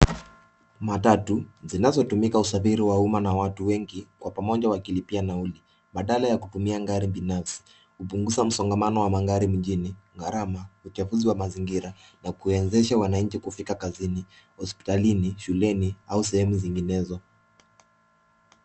Matatu zinazotumika usafiri wa umma na watu wengi kwa pamoja wakilipia nauli badala ya kutumia gari binafsi hupunguza msongamano wa gari mjini garama uchafuzi wa mazingira na kuwezesha wananchi kufika kazini hospitalini shuleni au sehemu zinginezo.